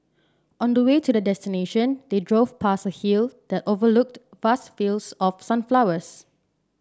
on the way to their destination they drove past a hill that overlooked vast fields of sunflowers